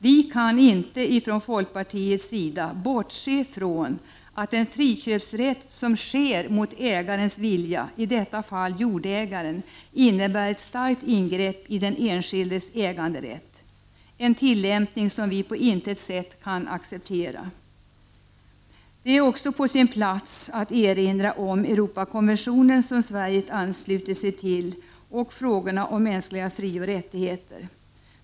Vi i folkpartiet kan inte bortse från att en friköpsrätt som sker mot ägarens vilja —i detta fall jordägaren — innebär ett starkt ingrepp i den enskildes äganderätt, en tillämpning som vi på intet sätt kan acceptera. Det är också på sin plats att erinra om Europakonventionen, som Sverige anslutit sig till, och frågorna om mänskliga frioch rättigheter.